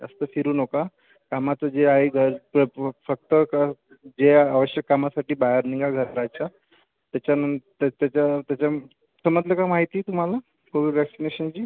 जास्त फिरू नका कामाचं जे आहे घरचं फक्त जे आवश्यक कामासाठी बाहेर निघा घराच्या त्यानंतर त्याच्या समजली का माहिती तुम्हाला कोविड व्हॅक्सिनेशनची